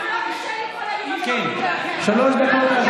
שלוש דקות,